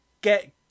Get